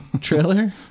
Trailer